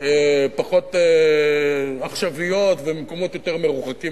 פחות עכשוויות וממקומות יותר מרוחקים.